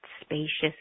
spacious